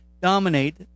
dominate